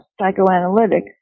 psychoanalytic